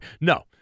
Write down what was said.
No